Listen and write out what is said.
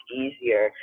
easier